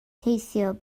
teithio